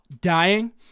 dying